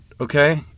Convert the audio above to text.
okay